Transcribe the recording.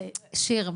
שיר,